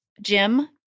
Jim